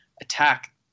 attack